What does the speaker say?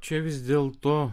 čia vis dėl to